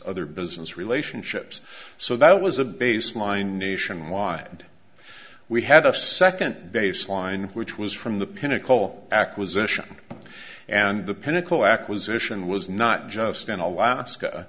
other business relationships so that was a baseline nationwide we had a second baseline which was from the pinnacle acquisition and the pinnacle acquisition was not just in alaska